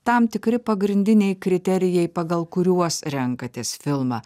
tam tikri pagrindiniai kriterijai pagal kuriuos renkatės filmą